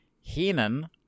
Heenan